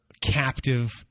captive